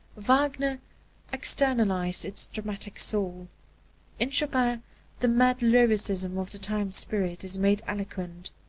wagner externalized its dramatic soul in chopin the mad lyricism of the time-spirit is made eloquent.